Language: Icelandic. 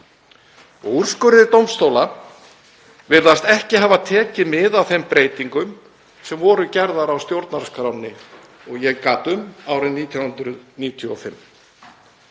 úrskurðir dómstóla virðast ekki hafa tekið mið af þeim breytingum sem voru gerðar á stjórnarskránni árið 1995.